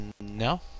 no